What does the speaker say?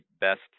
best